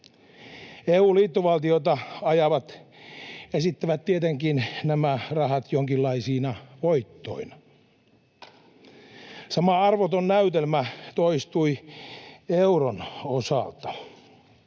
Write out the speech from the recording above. EU-liittovaltiota ajavat esittävät tietenkin nämä rahat jonkinlaisina voittoina. Sama arvoton näytelmä toistui euron osalta.